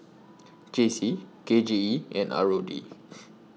J C K J E and R O D